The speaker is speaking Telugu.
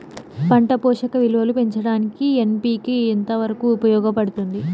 పంట పోషక విలువలు పెంచడానికి ఎన్.పి.కె ఎంత వరకు ఉపయోగపడుతుంది